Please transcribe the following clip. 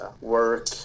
work